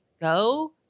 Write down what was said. go